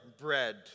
bread